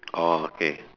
orh okay